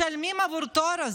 משלמים עבור התואר הזה,